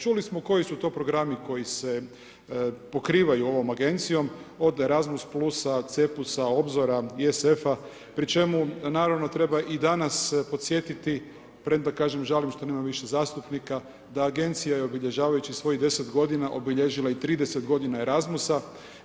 Čuli smo koji su to programi koji se pokrivaju ovom agencijom, od ERASMUS+, CEPUS-a, OBZOR-a, ISF-a pri čemu naravno treba i danas podsjetiti premda kažem, žalim što nema više zastupnika, da agencija je obilježavajući svojih 10 godina, obilježila i 30 godina ERASMUS-a.